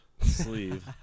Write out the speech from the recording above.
sleeve